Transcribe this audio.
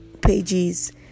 pages